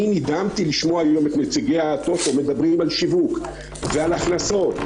אני נדהמתי לשמוע היום את נציגי הטוטו מדברים על שיווק ועל הכנסות,